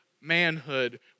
manhood